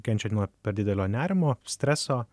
kenčia nuo per didelio nerimo streso